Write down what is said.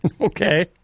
Okay